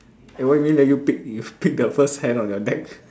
eh what you mean let you pick you pick the first hand on your deck